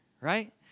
Right